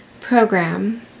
program